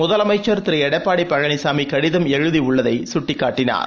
முதலமைச்சர் திரு எடப்பாடி பழனிசாமி கடிதம் எழுதியுள்ளதை சுட்டிக்காட்டினார்